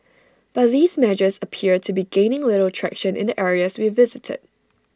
but these measures appear to be gaining little traction in the areas we visited